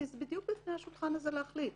שזה בדיוק בפני השולחן הזה להחליט.